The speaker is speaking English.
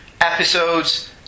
episodes